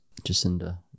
Jacinda